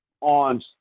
on